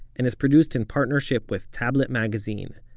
and is produced in partnership with tablet magazine.